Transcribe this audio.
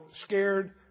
scared